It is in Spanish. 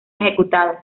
ejecutados